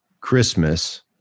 Christmas